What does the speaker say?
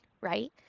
right